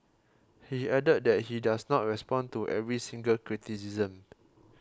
he added that he does not respond to every single criticism